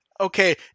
okay